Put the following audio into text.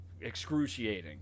excruciating